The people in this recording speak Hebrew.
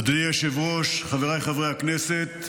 אדוני היושב-ראש, חבריי חברי הכנסת,